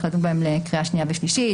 לדון בהם לקראת קריאה שנייה ושלישית,